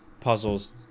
Puzzles